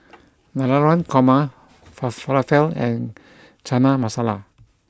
Navratan Korma Falafel and Chana Masala